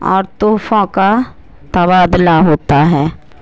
اور تحفہ کا تبادلہ ہوتا ہے